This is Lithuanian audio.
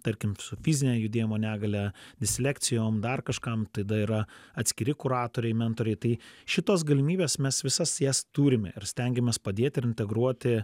tarkim su fizine judėjimo negalia dislekcijom dar kažkam tada yra atskiri kuratoriai mentoriai tai šitos galimybės mes visas jas turime ir stengiamės padėti ir integruoti